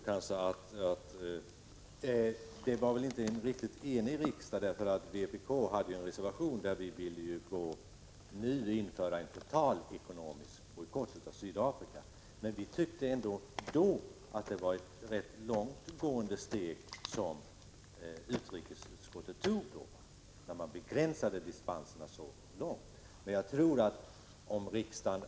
Det var inte en enig riksdag som fattade beslutet, för vpk hade en reservation där vi föreslog införandet av en total ekonomisk bojkott mot Sydafrika. Vi tyckte ändå att det var ett ganska långt gående steg som utrikesutskottet gjorde när man begränsade dispenserna så mycket.